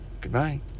goodbye